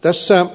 tässä